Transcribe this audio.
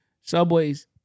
Subways